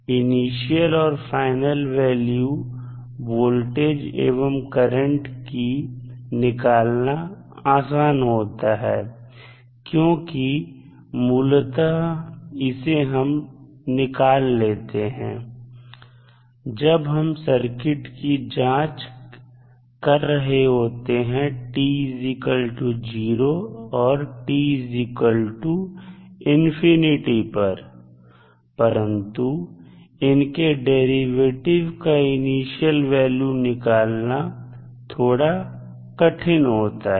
initial और final value voltage एवं current की निकालना आसान होता है क्योंकि मूलतः इसे हम निकाल लेते हैं जब हम सर्किट की जांच कर रहे होते हैं t0 और tinfinity पर परंतु इनके डेरिवेटिव का इनिशियल वैल्यू निकालना थोड़ा कठिन होता है